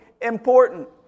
important